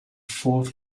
fourth